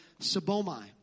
sabomai